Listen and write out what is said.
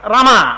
Rama